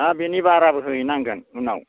ना बिनि बाराबो होयैनांगोन उनाव